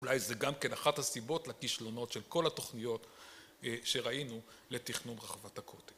אולי זה גם כן אחת הסיבות לקישלונות של כל התוכניות שראינו לתכנון רחבת הקוטק.